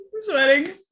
sweating